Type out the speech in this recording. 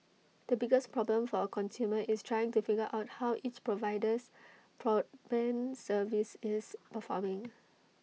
the biggest problem for A consumer is trying to figure out how each provider's broadband service is performing